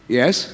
yes